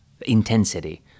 intensity